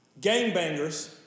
gangbangers